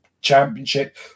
championship